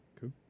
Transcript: cool